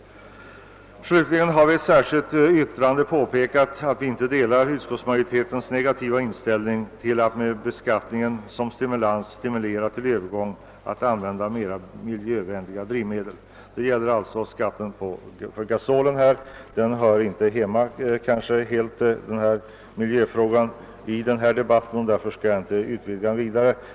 Slutligen har vi i ett särskilt yttrande påpekat att vi inte delar utskottsmajoritetens negativa inställning till tanken att med beskattningen stimulera till övergång till mera miljövänliga drivmedel — det gäller skatten på gasol. Den saken hör kanske inte hemma i denna debatt, som jag därför inte skall utvidga vidare.